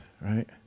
right